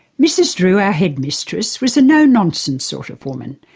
mrs drewe, our headmistress, was a no nonsense sort of woman,